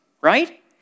right